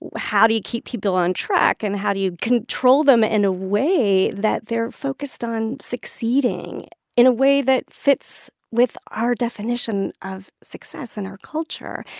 ah how do you keep people on track? and how do you control them in a way that they're focused on succeeding in a way that fits with our definition of success in our culture?